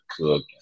cook